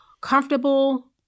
comfortable